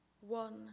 One